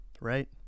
right